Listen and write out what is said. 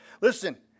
Listen